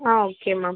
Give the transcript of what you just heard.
ah okay ma'am